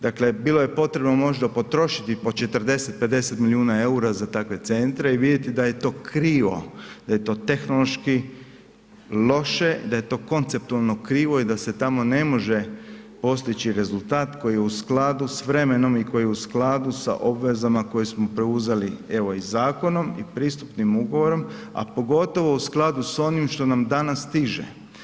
Dakle, bilo je potrebno možda potrošiti po 40, 50 milijuna eura za takve centre i vidjeti da je to krivo, da je to tehnološki loše, da je to konceptualno krivo i da se tamo ne može postići rezultat koji je u skladu s vremenom i koji je u skladu sa obvezama koje smo preuzeli evo i zakonom i pristupnim ugovorom a pogotovo u skladu sa onim što nam danas stiže.